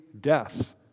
death